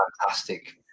fantastic